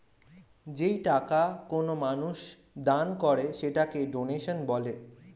যেই টাকা কোনো মানুষ দান করে সেটাকে ডোনেশন বলা হয়